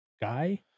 guy